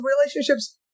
relationships